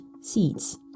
seeds